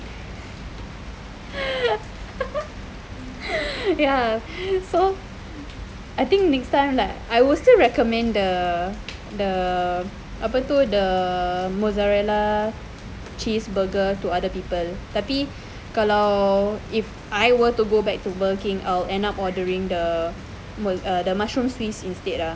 ya so I think next time like I would still recommend the the apa tu the mozzarella cheese burger to other people tapi kalau if I were to go back to burger king I'll end up ordering the swiss the mushroom swiss instead lah